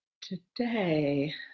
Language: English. today